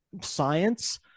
science